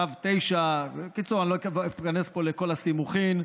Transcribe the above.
לא איכנס פה לכל הסימוכין,